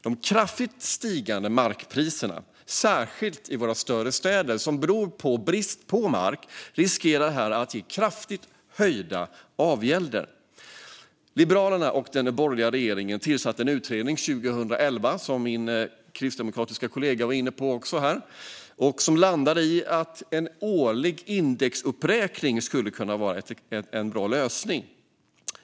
De kraftigt stigande markpriserna, särskilt i våra större städer, som beror på brist på mark riskerar att ge kraftigt höjda avgälder. Liberalerna och den borgerliga regeringen tillsatte en utredning 2011, vilket min kristdemokratiska kollega också var inne på här. Den landade i att en årlig indexuppräkning skulle kunna vara en bra lösning.